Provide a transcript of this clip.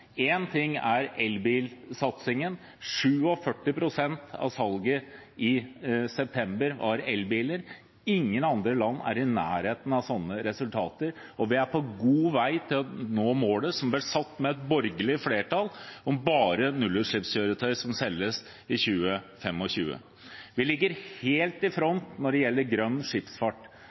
ting er elbilsatsingen. 47 pst. av bilsalget i september var elbiler. Ingen andre land er i nærheten av slike resultater, og vi er på god vei til å nå målet som ble satt med et borgerlig flertall om at bare nullutslippskjøretøy skal selges i 2025. Vi ligger helt i front når det gjelder grønn skipsfart.